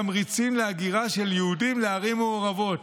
תמריצים להגירה של יהודים לערים מעורבות.